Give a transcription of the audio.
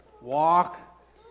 Walk